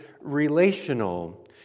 relational